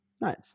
nice